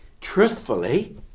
truthfully